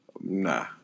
Nah